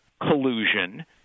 collusion